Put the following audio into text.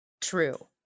True